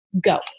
go